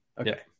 okay